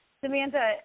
Samantha